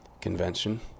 convention